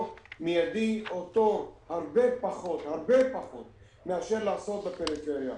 מידי ולחכות הרבה פחות מאשר בפריפריה.